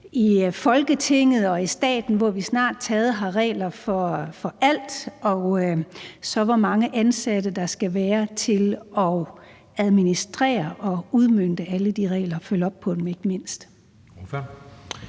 i Folketinget og i staten, hvor vi snart sagt har regler for alt, og så hvor mange ansatte der skal være til at administrere og udmønte alle de regler og ikke mindst